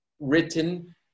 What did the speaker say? written